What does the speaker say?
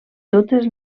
totes